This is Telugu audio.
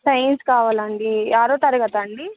సైన్స్ కావాలాండి ఆరో తరగతా అండి